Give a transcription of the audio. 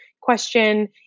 question